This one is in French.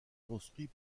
construit